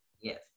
Yes